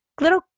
little